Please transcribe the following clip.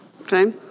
Okay